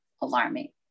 alarming